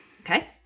Okay